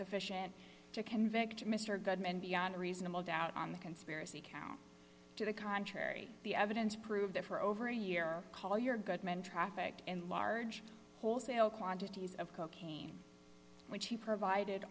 sufficient to convict mr goodman beyond a reasonable doubt on the conspiracy count to the contrary the evidence proved that for over a year call your good men trafficked in large wholesale quantities of cocaine which he provided